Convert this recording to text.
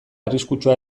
arriskutsua